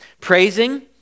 praising